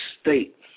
state